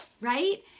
right